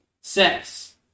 Sex